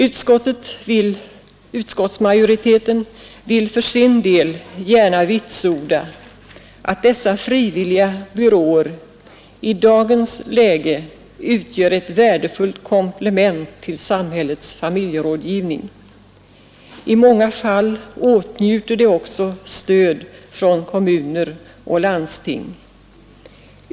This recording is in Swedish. Utskottsmajoriteten vill för sin del gärna vitsorda att dessa frivilliga byråer i dagens läge utgör ett värdefullt komplement till samhällets familjerådgivning. I många fall åtnjuter de också stöd från kommuner och landsting.